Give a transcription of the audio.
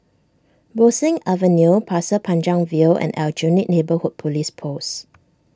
Bo Seng Avenue Pasir Panjang View and Aljunied Neighbourhood Police Post